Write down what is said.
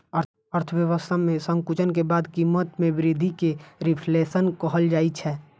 अर्थव्यवस्था मे संकुचन के बाद कीमत मे वृद्धि कें रिफ्लेशन कहल जाइ छै